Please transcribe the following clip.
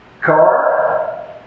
car